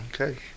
okay